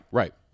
right